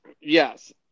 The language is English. Yes